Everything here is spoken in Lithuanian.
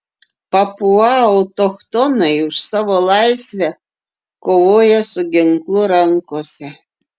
papua autochtonai už savo laisvę kovoja su ginklu rankose